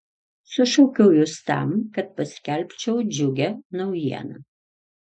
sušaukiau jus tam kad paskelbčiau džiugią naujieną